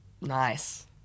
Nice